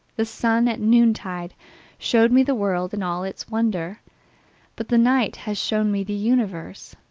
the sun at noontide showed me the world and all its wonder but the night has shown me the universe,